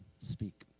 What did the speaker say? Speak